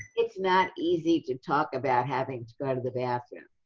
it's not easy to talk about having to go to the bathroom,